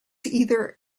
either